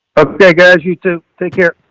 okay, guys, you to take care,